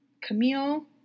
Camille